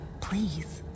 Please